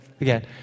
again